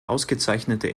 ausgezeichnete